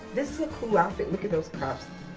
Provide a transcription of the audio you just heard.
this is a cool outfit. look at those cuffs.